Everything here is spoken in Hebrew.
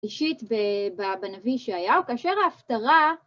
אישית ב... ב... בנביא ישעיהו. כאשר ההפטרה...